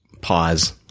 Pause